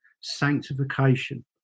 sanctification